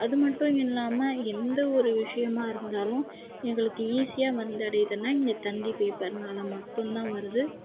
அது மட்டும் இல்லாமல் எந்தவொரு விஷயமா இருந்தாலும் எங்களுக்கு ஈஸியாக வந்தடையுதுன்னா இந்த தந்தி பேப்பர்னால மட்டும் தான் வருது